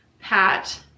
pat